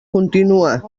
continua